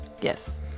Yes